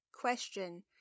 question